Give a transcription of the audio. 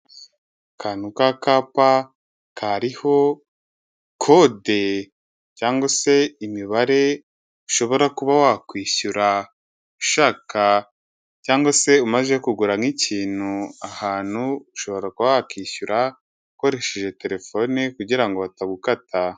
Akantu k'akapa kariho kode cyangwa se imibare ushobora kuba wakwishyura, ushaka cyangwa se umaze kugura nk'ikintu ahantu, ushobora kuba wakwishyura ukoresheje terefone kugira ngo batagukata.